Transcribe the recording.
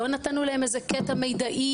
לא נתנו להם איזה קטע מידעי,